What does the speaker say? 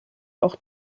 auch